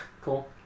Cool